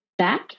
Back